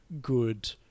good